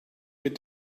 mit